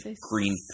green